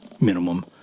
minimum